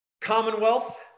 Commonwealth